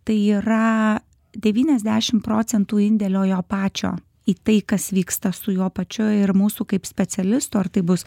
tai yra devyniasdešim procentų indėlio jo pačio į tai kas vyksta su juo pačiu ir mūsų kaip specialisto ar tai bus